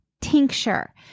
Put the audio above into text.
tincture